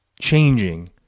changing